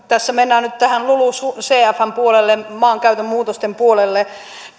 tässä mennään nyt tähän lulucfn puolelle maankäytön muutosten puolelle